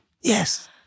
Yes